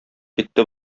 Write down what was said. китте